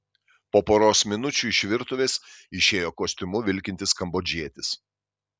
po poros minučių iš virtuvės išėjo kostiumu vilkintis kambodžietis